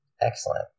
Excellent